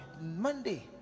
monday